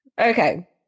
Okay